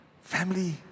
Family